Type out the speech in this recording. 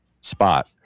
spot